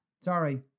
sorry